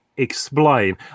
explain